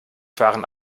fahren